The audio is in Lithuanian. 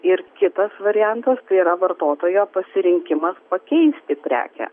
ir kitas variantas tai yra vartotojo pasirinkimas pakeisti prekę